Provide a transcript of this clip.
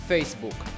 Facebook